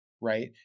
Right